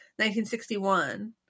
1961